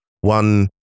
one